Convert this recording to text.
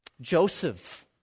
Joseph